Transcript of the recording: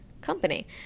company